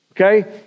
okay